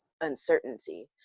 uncertainty